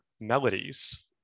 melodies